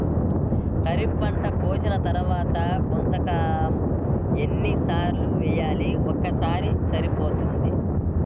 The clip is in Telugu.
ఖరీఫ్ పంట కోసిన తరువాత గుంతక ఎన్ని సార్లు వేయాలి? ఒక్కసారి సరిపోతుందా?